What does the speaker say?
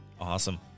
awesome